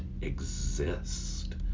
exist